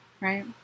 right